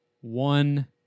one